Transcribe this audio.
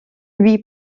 lui